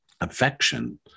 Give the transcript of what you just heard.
affection